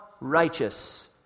righteous